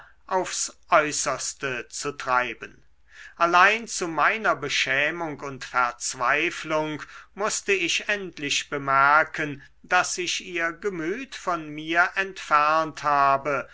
aufs äußerste zu treiben allein zu meiner beschämung und verzweiflung mußte ich endlich bemerken daß sich ihr gemüt von mir entfernt habe